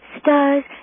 stars